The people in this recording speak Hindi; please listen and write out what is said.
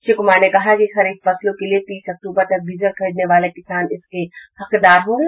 श्री कुमार ने कहा कि खरीफ फसलों के लिये तीस अक्टूबर तक डीजल खरीदने वाले किसान इसके हकदार होंगे